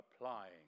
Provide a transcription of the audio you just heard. applying